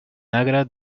negre